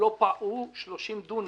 תקן נחלה הוא 30 דונם.